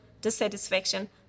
dissatisfaction